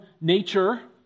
nature